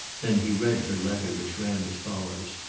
then he read her letter, which ran as follows.